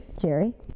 Jerry